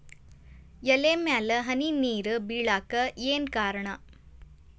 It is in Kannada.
ಎಲೆ ಮ್ಯಾಲ್ ಹನಿ ನೇರ್ ಬಿಳಾಕ್ ಏನು ಕಾರಣ?